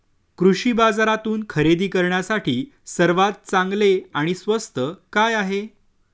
कृषी बाजारातून खरेदी करण्यासाठी सर्वात चांगले आणि स्वस्त काय आहे?